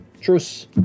truce